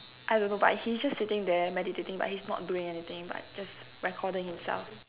I don't know but he's just sitting there meditating but he's not doing anything but just recording himself